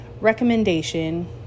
Recommendation